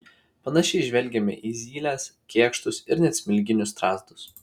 panašiai žvelgiame į zyles kėkštus ir net smilginius strazdus